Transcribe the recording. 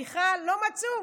מיכל, לא מצאו.